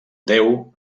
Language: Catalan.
déu